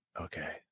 Okay